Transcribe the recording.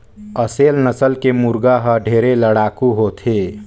असेल नसल के मुरगा हर ढेरे लड़ाकू होथे